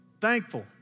Thankful